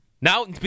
Now